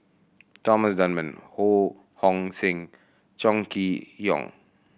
Thomas Dunman Ho Hong Sing Chong Kee Hiong